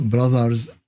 brothers